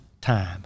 time